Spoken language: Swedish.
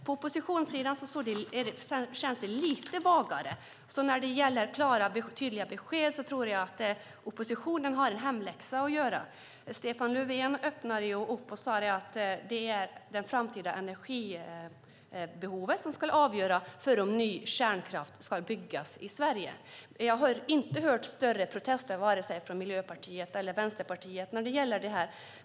På oppositionssidan känns det lite vagare, så när det gäller tydliga besked tror jag att oppositionen har en hemläxa att göra. Stefan Löfven öppnade upp och sade att det framtida energibehovet ska avgöra om ny kärnkraft ska byggas i Sverige. Jag har inte hört några större protester vare sig från Miljöpartiet eller från Vänsterpartiet när det gäller detta.